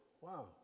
Wow